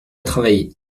travailler